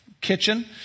kitchen